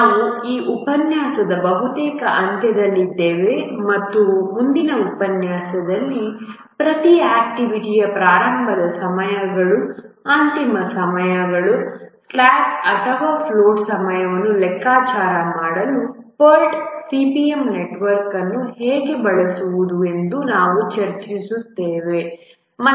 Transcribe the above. ನಾವು ಈ ಉಪನ್ಯಾಸದ ಬಹುತೇಕ ಅಂತ್ಯದಲ್ಲಿದ್ದೇವೆ ಮತ್ತು ಮುಂದಿನ ಉಪನ್ಯಾಸದಲ್ಲಿ ಪ್ರತಿ ಆಕ್ಟಿವಿಟಿಯ ಪ್ರಾರಂಭದ ಸಮಯಗಳು ಅಂತಿಮ ಸಮಯಗಳು ಸ್ಲಾಕ್ ಅಥವಾ ಫ್ಲೋಟ್ ಸಮಯವನ್ನು ಲೆಕ್ಕಾಚಾರ ಮಾಡಲು PERT CPM ನೆಟ್ವರ್ಕ್ ಅನ್ನು ಹೇಗೆ ಬಳಸುವುದು ಎಂದು ನಾವು ಚರ್ಚಿಸುತ್ತೇವೆ